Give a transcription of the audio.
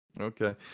Okay